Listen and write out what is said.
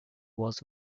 was